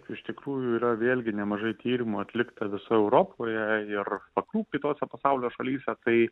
iš tikrųjų yra vėlgi nemažai tyrimų atlikta visoj europoje ir vakarų kitose pasaulio šalyse tai